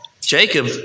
Jacob